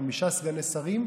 5 סגני שרים,